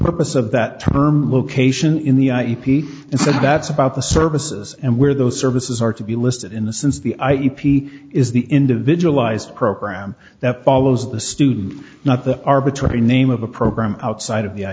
purpose of that term location in the e p and so that's about the services and where those services are to be listed in the since the i e p is the individualized program that follows the student not the arbitrary name of a program outside of